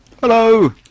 Hello